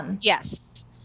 Yes